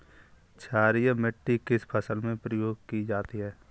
क्षारीय मिट्टी किस फसल में प्रयोग की जाती है?